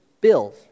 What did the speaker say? bills